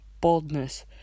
boldness